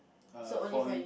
err foil